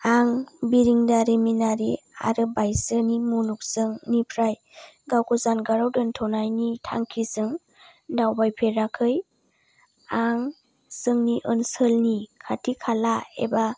आं बिरोंदारिमिनारि आरो बायजोनि मुलुगनिफ्राय गावखौ जानगाराव दोनथ'नायनि थांखिजों दावबायफेराखै आं जोंनि ओनसोलनि खाथि खाला एबा